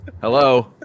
Hello